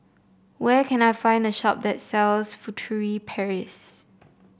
where can I find a shop that sells Furtere Paris